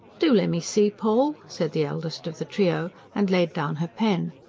do lemme see, poll, said the eldest of the trio, and laid down her pen.